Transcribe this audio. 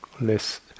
less